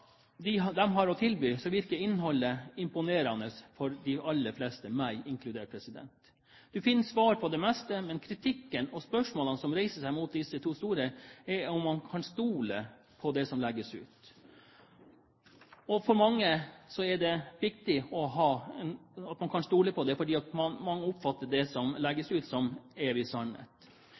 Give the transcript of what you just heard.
de har å tilby, virker innholdet imponerende for de aller fleste, meg inkludert. Du finner svar på det meste, men kritikken og spørsmålene som reiser seg mot disse to store, er om man kan stole på det som legges ut. For mange er det viktig at man kan stole på det fordi man oppfatter det som legges ut, som evig sannhet.